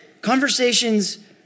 Conversations